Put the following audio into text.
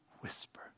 whisper